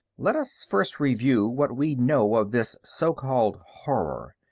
let us first review what we know of this so-called horror.